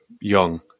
young